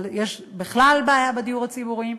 אבל יש בכלל בעיה בדיור הציבורי.